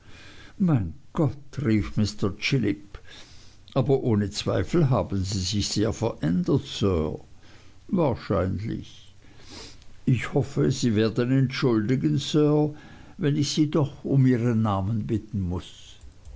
mein gott rief mr chillip aber ohne zweifel haben sie sich seitdem sehr verändert sir wahrscheinlich ich hoffe sie werden entschuldigen sir wenn ich sie doch um ihren namen bitten muß